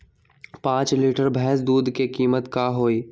पाँच लीटर भेस दूध के कीमत का होई?